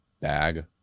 bag